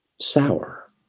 sour